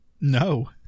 No